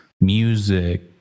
music